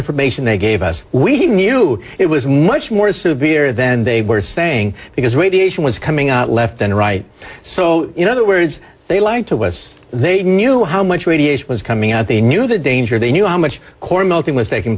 information they gave us we knew it was much more severe than they were saying because radiation was coming out left and right so in other words they learned to was they knew how much radiation was coming out they knew the danger they knew how much core melting w